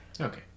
Okay